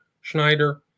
Schneider